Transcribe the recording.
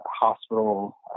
hospital